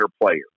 player